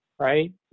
right